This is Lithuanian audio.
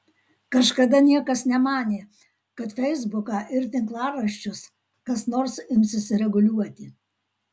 kažkada niekas nemanė kad feisbuką ir tinklaraščius kas nors imsis reguliuoti